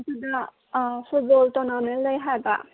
ꯑꯗꯨꯗ football tournament ꯂꯩ ꯍꯥꯏꯕ